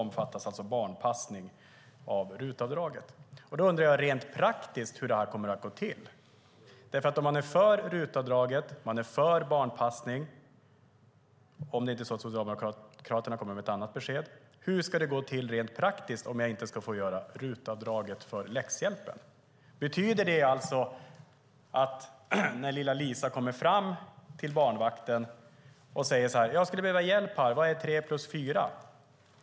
Barnpassning omfattas av RUT-avdraget. Jag undrar hur det kommer att gå till rent praktiskt. Man är för RUT-avdraget och för barnpassning - om det inte är så att Socialdemokraterna kommer med ett annat besked. Hur ska det gå till rent praktiskt om jag inte får göra RUT-avdraget för läxhjälpen? Betyder det att barnvakten ska säga att hon inte får svara när lilla Lisa kommer och säger: Jag skulle behöva hjälp. Vad är 3 + 4?